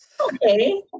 Okay